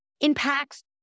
Impacts